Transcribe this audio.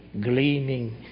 gleaming